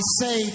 say